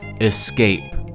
escape